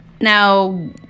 Now